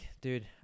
Dude